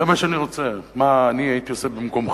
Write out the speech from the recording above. זה מה שאני רוצה, מה אני הייתי עושה במקומך.